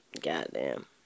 Goddamn